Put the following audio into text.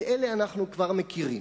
את אלה אנחנו כבר מכירים.